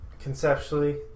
conceptually